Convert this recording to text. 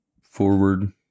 forward